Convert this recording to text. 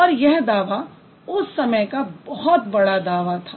और यह दावा उस समय का बहुत बड़ा दावा था